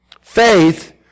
Faith